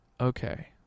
Okay